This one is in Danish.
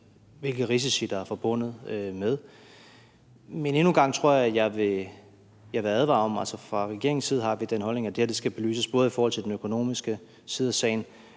hvilke risici der er forbundet med det. Altså, fra regeringens side har vi den holdning, at det her skal belyses i forhold til både den økonomiske side af sagen